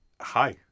Hi